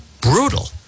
brutal